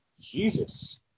Jesus